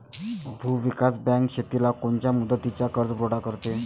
भूविकास बँक शेतीला कोनच्या मुदतीचा कर्जपुरवठा करते?